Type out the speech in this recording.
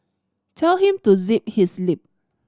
tell him to zip his lip